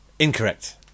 Incorrect